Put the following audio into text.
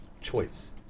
Choice